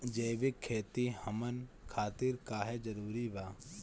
जैविक खेती हमन खातिर काहे जरूरी बा?